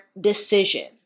decision